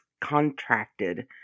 contracted